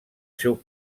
seu